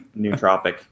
nootropic